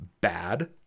bad